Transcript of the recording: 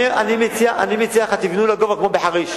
אני מציע לך, תבנו לגובה כמו בחריש.